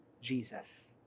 Jesus